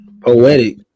poetic